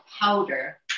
powder